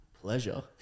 pleasure